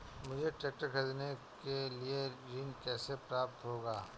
मुझे ट्रैक्टर खरीदने के लिए ऋण कैसे प्राप्त होगा?